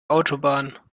autobahn